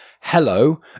hello